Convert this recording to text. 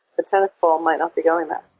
the tennis ball might not be going there.